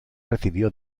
recibió